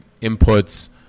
inputs